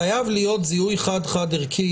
חייב להיות זיהוי חד חד-ערכי.